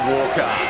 Walker